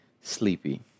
sleepy